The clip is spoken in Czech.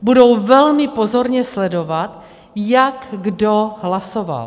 Budou velmi pozorně sledovat, jak kdo hlasoval.